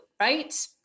Right